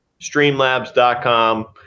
streamlabs.com